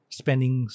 spending